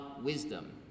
wisdom